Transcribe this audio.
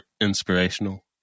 inspirational